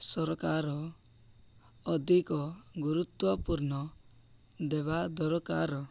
ସରକାର ଅଧିକ ଗୁରୁତ୍ୱପୂର୍ଣ୍ଣ ଦେବା ଦରକାର